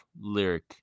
lyric